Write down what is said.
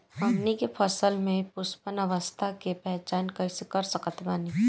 हमनी के फसल में पुष्पन अवस्था के पहचान कइसे कर सकत बानी?